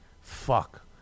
Fuck